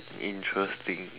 interesting